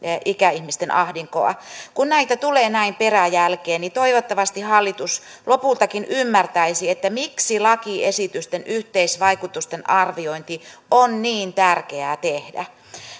ikäihmisten ahdinkoa kun näitä tulee näin peräjälkeen niin toivottavasti hallitus lopultakin ymmärtäisi miksi lakiesitysten yhteisvaikutusten arviointi on niin tärkeää tehdä